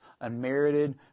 unmerited